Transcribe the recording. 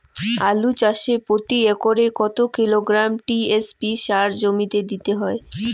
আলু চাষে প্রতি একরে কত কিলোগ্রাম টি.এস.পি সার জমিতে দিতে হয়?